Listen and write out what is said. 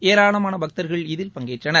ஏராளமான பக்தர்கள் இதில் பங்கேற்றனர்